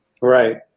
Right